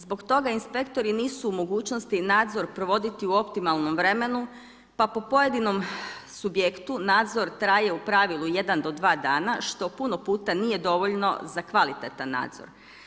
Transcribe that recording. Zbog toga inspektori nisu u mogućnosti nadzor provoditi u optimalnom vremenu, pa po pojedinom subjektu nadzor traje u pravilu jedan do dva dana što puno puta nije dovoljno za kvalitetan nadzor.